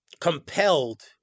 compelled